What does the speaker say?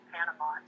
Panama